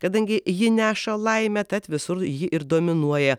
kadangi ji neša laimę tad visur ji ir dominuoja